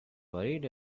worried